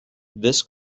this